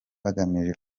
bagamije